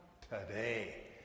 Today